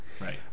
Right